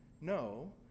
No